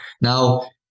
Now